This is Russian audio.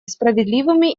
справедливыми